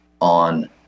on